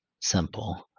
simple